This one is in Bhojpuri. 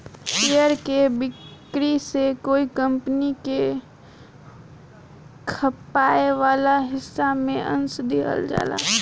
शेयर के बिक्री से कोई कंपनी के खपाए वाला हिस्सा में अंस दिहल जाला